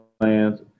plans